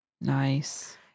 Nice